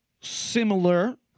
similar